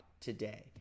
today